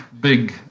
big